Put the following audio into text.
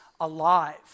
alive